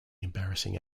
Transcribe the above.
embarrassing